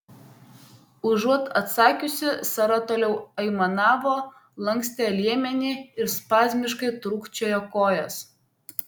užuot atsakiusi sara toliau aimanavo lankstė liemenį ir spazmiškai trūkčiojo kojas